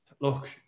look